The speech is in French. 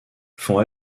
font